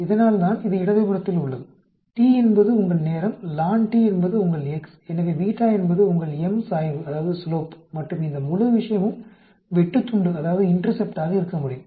இதனால்தான் இது இடது புறத்தில் உள்ளது t என்பது உங்கள் நேரம் ln t என்பது உங்கள் x எனவே β என்பது உங்கள் m சாய்வு மற்றும் இந்த முழு விஷயமும் வெட்டுத்துண்டாக இருக்கமுடியும்